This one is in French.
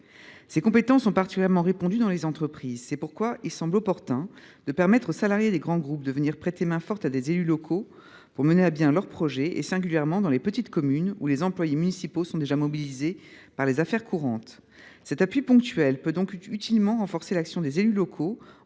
Ces compétences sont en particulier répandues dans les entreprises. C’est pourquoi il semble opportun de permettre aux salariés des grands groupes de venir prêter main forte à des élus locaux pour mener à bien leurs projets, singulièrement dans les petites communes où les employés municipaux sont déjà mobilisés par les affaires courantes. Cet appui ponctuel peut utilement renforcer l’action des élus locaux,